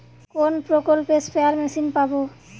কোন প্রকল্পে spare machine পাব?